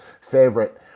favorite